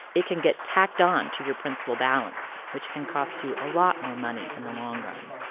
it can get tacked on to your principal balance, which can cost you a lot more money in the long run.